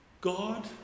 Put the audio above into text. God